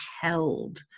held